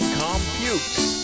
computes